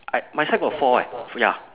I my side got four eh ya